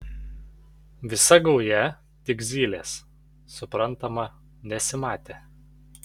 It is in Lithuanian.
visa gauja tik zylės suprantama nesimatė